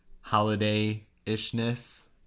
holiday-ishness